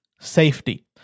safety